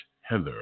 Heather